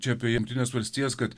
čia apie jungtines valstijas kad